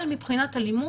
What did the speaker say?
אבל מבחינת אלימות,